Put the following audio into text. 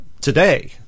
today